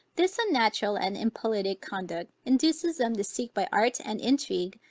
this unnatural and impolitic conduct induces them to seek by art and intrigue,